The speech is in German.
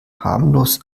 harmlos